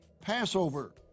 Passover